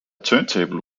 turntable